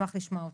נשמח לשמוע אותך.